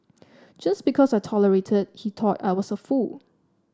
just because I tolerated he thought I was a fool